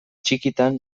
txikitan